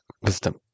wisdom